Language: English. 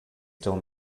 still